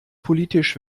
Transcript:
politisch